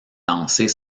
lancer